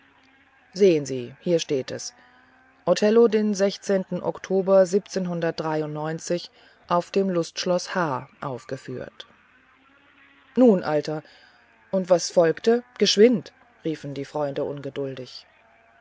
sehen sie hier steht es othello den oktober auf dem lustschloß h aufgeführt nun alter und was folgte geschwind riefen die freunde ungeduldig